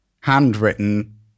handwritten